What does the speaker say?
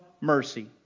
mercy